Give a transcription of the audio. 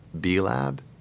B-Lab